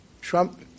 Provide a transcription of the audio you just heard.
trump